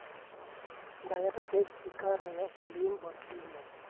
ᱫᱟᱭᱟ ᱠᱟᱛᱮᱫ ᱥᱯᱤᱠᱟᱨ ᱨᱮᱭᱟᱜ ᱵᱷᱚᱞᱤᱩᱢ ᱵᱟᱲᱛᱤᱭ ᱢᱮ